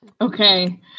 Okay